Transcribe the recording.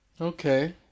Okay